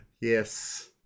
Yes